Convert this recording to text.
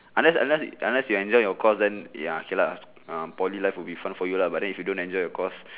unless unless unless you enjoy your course then ya okay lah um poly life will be fun for you lah but then if you don't enjoy your course